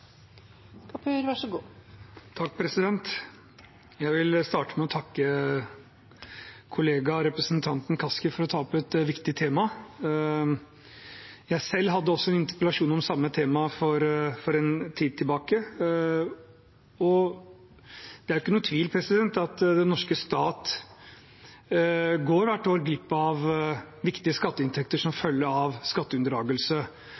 Jeg vil starte med å takke kollega, representanten Kaski, for å ta opp et viktig tema. Jeg hadde selv en interpellasjon om samme tema for en tid tilbake. Det er jo ikke noen tvil om at den norske stat hvert år går glipp av viktige skatteinntekter som